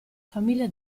famiglia